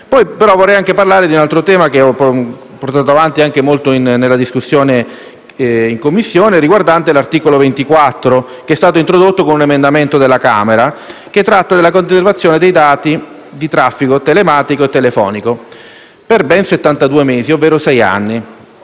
Vorrei parlare poi di un altro tema, che ho portato avanti anche nella discussione in Commissione, riguardante l'articolo 24, che è stato introdotto con un emendamento alla Camera e che prevede la conservazione dei dati di traffico telematico e telefonico per ben settantadue mesi, ovvero sei anni.